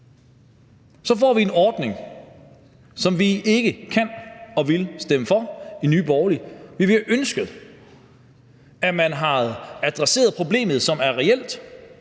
får vi en ordning, som vi ikke kan og vil stemme for i Nye Borgerlige. Vi ville have ønsket, at man havde adresseret problemet, som er reelt,